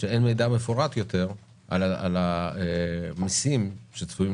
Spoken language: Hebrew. שאין מידע מפורט יותר על המיסים שצפויים